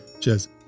cheers